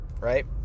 right